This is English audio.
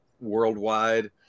worldwide